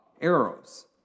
arrows